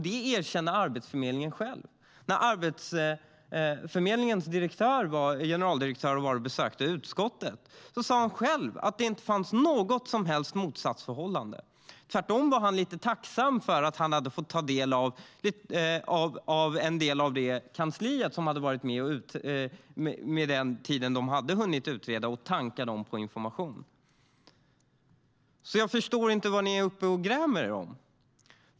Det erkänner Arbetsförmedlingen själv. Jag förstår inte vad ni är uppe och grämer er över.